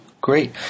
Great